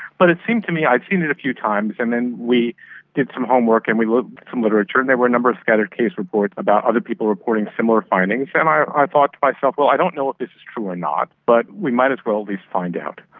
but it seemed to me i'd seen it a few times, and then we did some homework and we looked at some literature and there were a number of scattered case reports about other people reporting similar findings, and i i thought to myself, well, i don't know if this is true or not, but we might as well at least find out.